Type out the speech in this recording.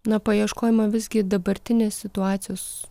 na pajieškojimo visgi dabartinės situacijos